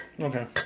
Okay